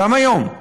גם היום,